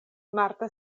marta